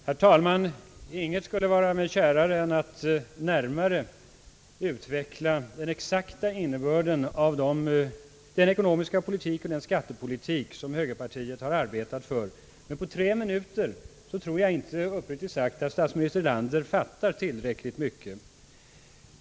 Herr talman! Intet skulle vara mig kärare än att närmare utveckla den exakta innebörden av den ekonomiska politik och den skattepolitik som högerpartiet har arbetat för, men på tre minuter tror jag, uppriktigt sagt, inte att statsminister Erlander fattar tillräckligt mycket.